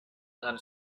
are